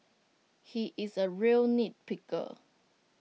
he is A real nitpicker